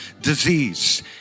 disease